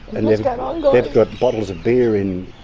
and they've got and they've got bottles of beer in